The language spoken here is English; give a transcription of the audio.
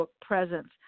presence